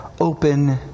open